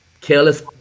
careless